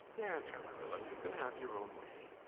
there, there, marilla, you can have your own way,